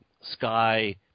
sky